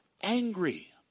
angry